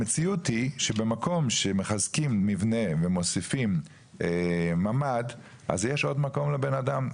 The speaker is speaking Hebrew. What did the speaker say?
המציאות היא שבמקום שמחזקים מבנה ומוסיפים ממ"ד אז יש עוד מקום לבן אדם.